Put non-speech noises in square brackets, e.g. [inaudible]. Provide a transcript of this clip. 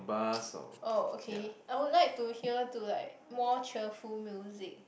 [noise] oh okay I would like to hear to like more cheerful music